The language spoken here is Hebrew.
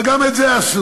אבל גם את זה עשו.